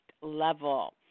level